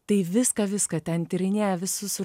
tai viską viską ten tyrinėja visus raumenis